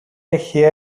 έχει